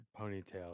ponytail